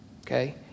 okay